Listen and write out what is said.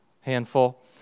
handful